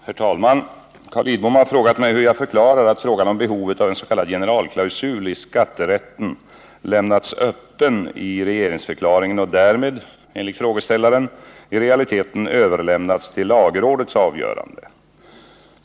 Herr talman! Carl Lidbom har frågat mig hur jag förklarar att frågan om behovet av en s.k. generalklausul i skatterätten lämnats öppen i regeringsförklaringen och därmed — enligt frågeställaren — i realiteten överlämnats till lagrådets avgörande.